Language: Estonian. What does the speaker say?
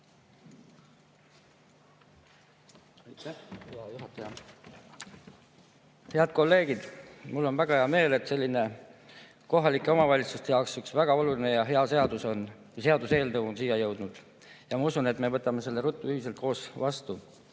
Head kolleegid! Mul on väga hea meel, et selline kohalike omavalitsuste jaoks väga oluline ja hea seaduseelnõu on siia jõudnud. Ma usun, et me võtame selle ruttu üheskoos vastu,